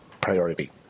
priority